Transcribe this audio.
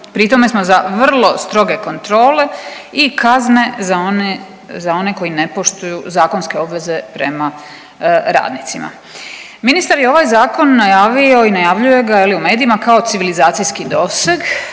Pri tome smo za vrlo stroge kontrole i kazne za one, za one koji ne poštuju zakonske obveze prema radnicima. Ministar je ovaj zakon najavio i najavljuje ga je li u medijima kao civilizacijski doseg,